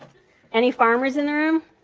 any farmers in the room?